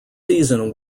season